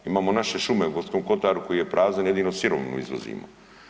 Imamo naše šume u Gorskom kotaru, koji je prazan, jedino sirovinu izvozimo.